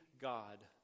God